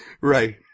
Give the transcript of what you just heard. Right